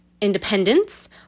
Independence